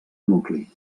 nucli